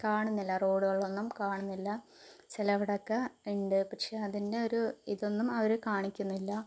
കാണുന്നില്ല റോഡുകളിൽ ഒന്നും കാണുന്നില്ല ചില അവിടെയൊക്കെ ഉണ്ട് പക്ഷെ അതിൻ്റെ ഒരു ഇതൊന്നും അവർ കാണിക്കുന്നില്ല